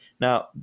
Now